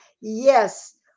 Yes